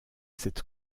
cette